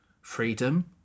freedom